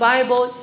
Bible